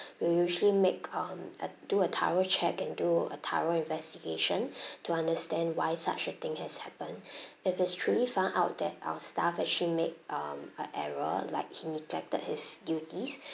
we'll usually make um uh do a thorough check and do a thorough investigation to understand why such a thing has happened if it's truly found out that our staff actually made um a error like he neglected his duties